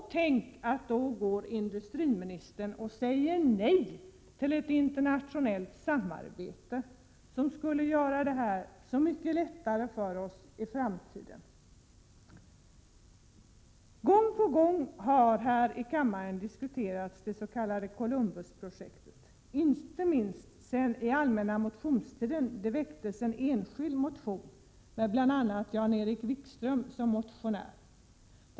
Tänk, att då säger industriministern nej till ett internationellt samarbete som skulle göra det så mycket lättare för oss i framtiden! Gång på gång har här i kammaren diskuterats det s.k. Columbusprojektet, inte minst sedan det under den allmänna motionstiden väcktes en enskild motion med bl.a. Jan-Erik Wikström som motionär.